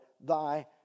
thy